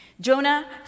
Jonah